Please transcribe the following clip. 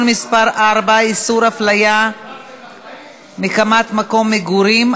מס' 4) (איסור הפליה מחמת מקום מגורים),